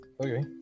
Okay